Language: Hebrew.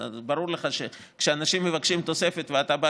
ברור לך שכשאנשים מבקשים תוספת ואתה בא